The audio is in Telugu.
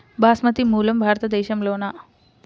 బాస్మతి మూలం భారతదేశంలోనా?